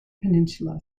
peninsula